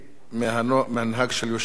מהמנהג של יושב-ראש,